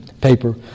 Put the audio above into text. paper